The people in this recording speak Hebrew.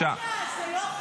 הקשבתי לעצה שלך,